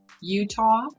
Utah